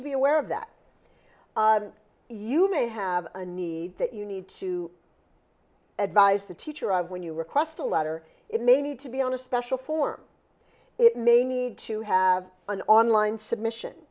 to be aware of that you may have a need that you need to advise the teacher of when you request a letter it may need to be on a special form it may need to have an online submission